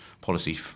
policy